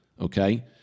okay